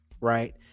right